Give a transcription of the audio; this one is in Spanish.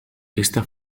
esta